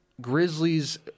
Grizzlies